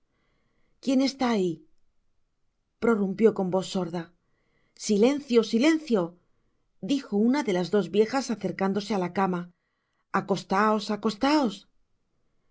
quien está ahi prorrumpió con voz sorda silencio silencio dijo una de las dos viejas acercándose á la camaacostaos i acostaos